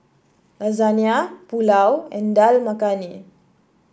Lasagna Pulao and Dal Makhani